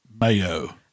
mayo